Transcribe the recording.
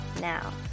now